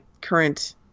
current